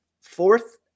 fourth